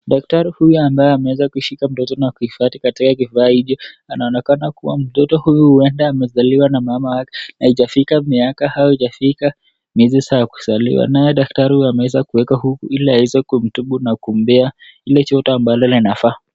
Daktari huyu ambaye ameshika mtoto huyu na kuhifadhi katika kifaa hicho, anaonekana mtoto huyo amezaliwa na mama yake kama hajafika miaka au miezi za kuzaliwa. Naye daktari ameweza kumuweka huku ili aweze kumtibu na kumpea ile joto inafaa.